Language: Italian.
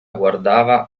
guardava